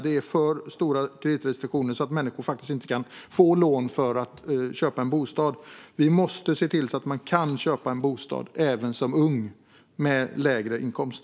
Det är för stora kreditrestriktioner, vilket gör att människor faktiskt inte kan få lån för att köpa en bostad. Vi måste se till att man kan köpa en bostad även som ung med lägre inkomst.